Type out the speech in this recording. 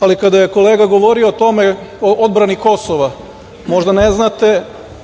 ali kada je kolega govorio o tome, o odbrani Kosova, možda ne znate